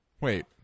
Wait